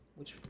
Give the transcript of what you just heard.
which